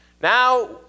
Now